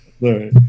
right